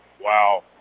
wow